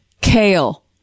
Kale